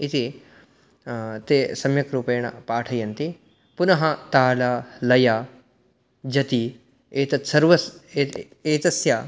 इति ते सम्यक् रूपेण पाठयन्ति पुनः तालं लयं जति एतत् एतस्य